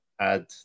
add